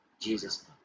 Jesus